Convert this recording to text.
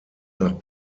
nach